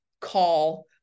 call